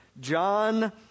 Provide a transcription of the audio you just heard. John